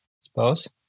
suppose